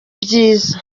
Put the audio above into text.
byiza